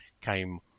came